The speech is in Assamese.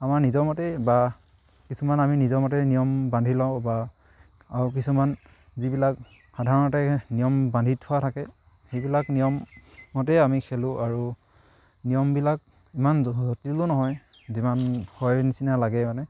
আমাৰ নিজৰ মতেই বা কিছুমান আমি নিজৰ মতে নিয়ম বান্ধি লওঁ বা আৰু কিছুমান যিবিলাক সাধাৰণতে নিয়ম বান্ধি থোৱা থাকে সেইবিলাক নিয়মতে আমি খেলোঁ আৰু নিয়মবিলাক ইমান জটিলো নহয় যিমান হয় নিচিনা লাগে মানে